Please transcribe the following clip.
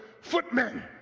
footmen